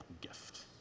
gift